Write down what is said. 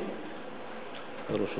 בבקשה, אדוני.